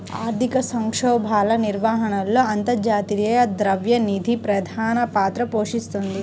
ఆర్థిక సంక్షోభాల నిర్వహణలో అంతర్జాతీయ ద్రవ్య నిధి ప్రధాన పాత్ర పోషిస్తోంది